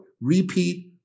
Repeat